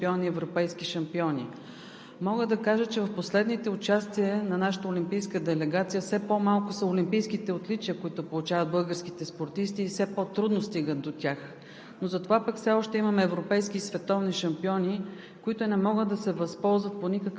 Извън тази политика и тази практика за пожизнени премии остават световни и европейски шампиони. Мога да кажа, че в последните участия на нашата олимпийска делегация все по-малко са олимпийските отличия, които получават българските спортисти, и все по-трудно стигат до тях.